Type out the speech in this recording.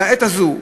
לעת הזו,